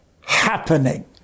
happening